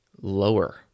lower